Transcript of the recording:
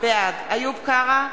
בעד איוב קרא,